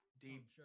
deep